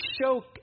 show